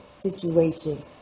situation